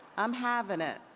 i'm having it.